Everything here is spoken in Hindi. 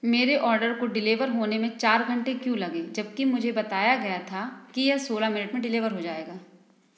मेरे ऑर्डर को डिलेवर होने में चार घंटे क्यों लगे जबकि मुझे बताया गया था कि यह सोलह मिनट में डिलेवर हो जाएगा